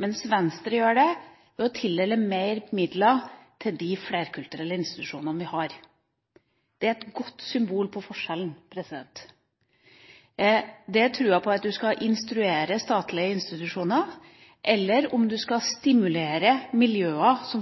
mens Venstre gjør det ved å tildele flere midler til de flerkulturelle institusjonene vi har. Det er en god illustrasjon på forskjellen – om man skal instruere statlige institusjoner, eller om man skal stimulere miljøer som